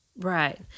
Right